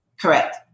Correct